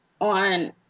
on